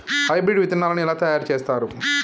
Hybrid విత్తనాలను ఎలా తయారు చేస్తారు?